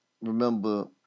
remember